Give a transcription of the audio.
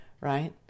right